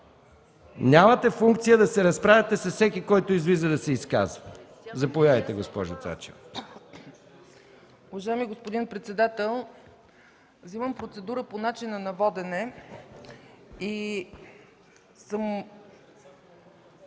Нямате функция да се разправяте с всеки, който излиза да се изказва. Заповядайте, госпожо Цачева.